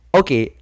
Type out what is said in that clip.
okay